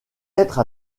être